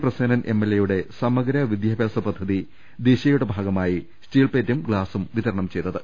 പ്രസേനൻ എംഎൽഎയുടെ സമഗ്ര വിദ്യാഭ്യാസ പദ്ധതി ദിശ യുടെ ഭാഗമായി സ്റ്റീൽ പ്ളേറ്റും ഗ്ലാസും വിതരണം ചെയ്തത്